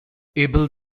able